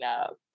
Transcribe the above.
up